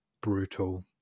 brutal